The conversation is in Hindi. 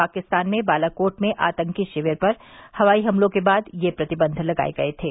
पाकिस्तान में बालाकोट में आतंकी शिविर पर हवाई हमलों के बाद ये प्रतिबंध लगाये गये थे